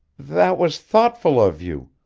that was thoughtful of you.